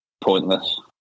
pointless